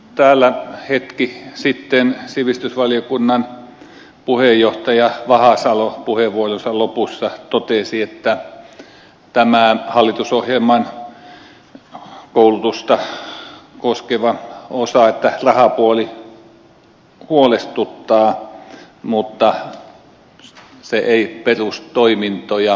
täällä hetki sitten sivistysvaliokunnan puheenjohtaja vahasalo puheenvuoronsa lopussa totesi että tämän hallitusohjelman koulutusta koskevan osan rahapuoli huolestuttaa mutta se ei perustoimintoja häiritse